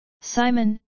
Simon